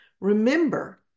Remember